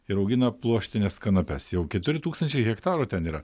ir augina pluoštines kanapes jau keturi tūkstančiai hektarų ten yra